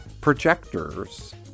projectors